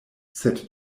sed